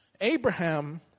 Abraham